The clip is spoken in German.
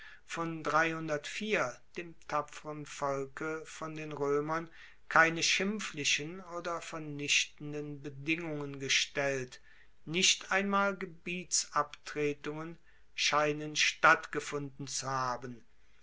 von dem tapferen volke von den roemern keine schimpflichen oder vernichtenden bedingungen gestellt nicht einmal gebietsabtretungen scheinen stattgefunden zu haben